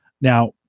Now